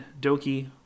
Doki